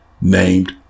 named